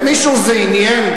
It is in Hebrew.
את מישהו זה עניין?